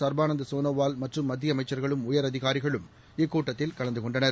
சர்பானந்த் சோனோவால் மற்றும் மத்திய அமைச்சர்களும் உயரதிகாரிகளும் இக்கூட்டத்தில் கலந்து கொண்டனர்